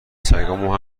سگامو